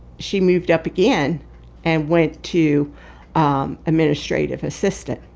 she moved up again and went to um administrative assistant.